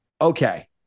okay